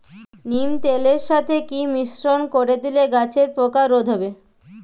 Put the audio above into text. নিম তেলের সাথে কি মিশ্রণ করে দিলে গাছের পোকা রোধ হবে?